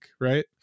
Right